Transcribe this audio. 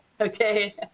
Okay